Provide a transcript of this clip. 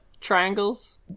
triangles